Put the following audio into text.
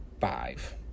five